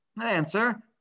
answer